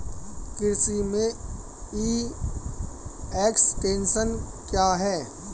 कृषि में e extension क्या है?